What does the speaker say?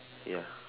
ya